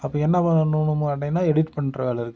அப்போ என்ன பண்ணணும் கேட்டீங்கன்னால் எடிட் பண்ற வேலை இருக்குது